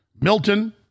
Milton